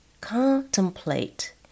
contemplate